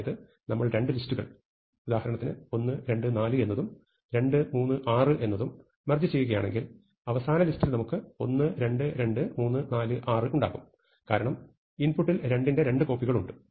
അതായത് നമ്മൾ രണ്ട് ലിസ്റ്റുകൾ ഉദാഹരണത്തിന് 1 2 4 എന്നതും 2 3 6 എന്നതും മെർജ് ചെയ്യൂകയാണെങ്കിൽ അവസാന ലിസ്റ്റിൽ നമുക്ക് 1 2 2 3 4 6 ഉണ്ടാകും കാരണം ഇൻപുട്ടിൽ 2ന്റെ 2 കോപ്പികൾ ഉണ്ട്